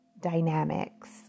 dynamics